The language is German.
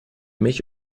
mich